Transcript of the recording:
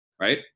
right